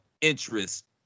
interest